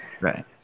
right